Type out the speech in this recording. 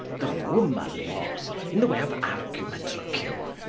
the roman warres, in the way of argument, looke you,